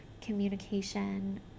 communication